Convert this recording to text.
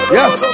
yes